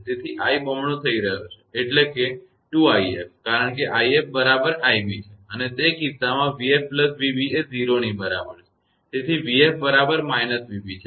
તેથી i બમણો થઈ રહ્યો છે એટલે કે 2𝑖𝑓 કારણ કે 𝑖𝑓 બરાબર 𝑖𝑏 છે અને તે કિસ્સામાં 𝑣𝑓 𝑣𝑏 એ 0 ની બરાબર છે તેથી 𝑣𝑓 બરાબર −𝑣𝑏 છે